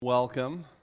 Welcome